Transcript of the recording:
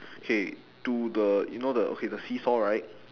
okay to the you know the okay the seesaw right